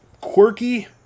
quirky